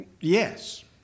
Yes